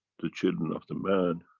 the children of the man,